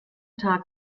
tag